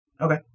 Okay